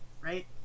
Right